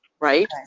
right